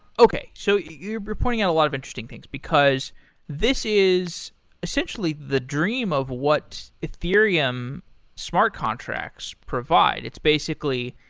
okay. so you're you're pointing out a lot of interesting things, because this is essentially the dream of what ethereum smart contracts provide. it's basically,